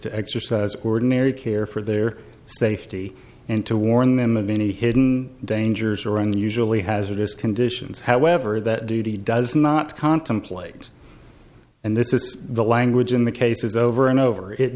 to exercise ordinary care for their safety and to warn them of any hidden dangers or unusually hazardous conditions however that duty does not contemplate and this is the language in the cases over and over it